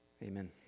Amen